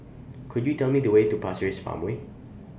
Could YOU Tell Me The Way to Pasir Ris Farmway